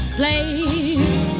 place